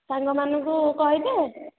ସାଙ୍ଗମାନଙ୍କୁ କହିଦେ